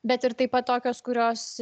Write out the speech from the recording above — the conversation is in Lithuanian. bet ir taip pat tokios kurios